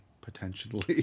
potentially